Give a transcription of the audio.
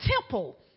temple